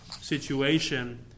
situation